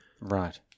Right